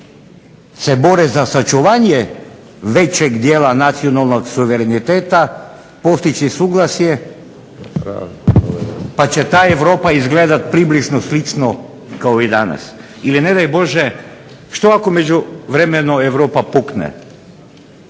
se bore za sačuvanje većeg dijela nacionalnog suvereniteta postići suglasje, pa će ta Europa izgledati približno slično kao i danas. Ili ne daj Bože što ako u međuvremenu Europa pukne,